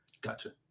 Gotcha